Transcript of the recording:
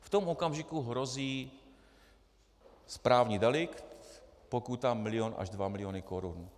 V tom okamžiku hrozí správní delikt, pokuta milion až dva miliony korun.